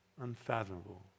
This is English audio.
unfathomable